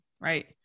right